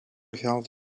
geld